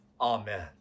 Amen